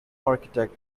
architect